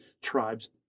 tribes